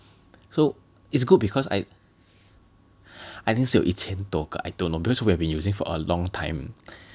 so it's good because I I think 是有一千多个 I don't know because we have been using for a long time